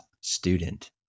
student